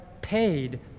paid